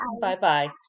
Bye-bye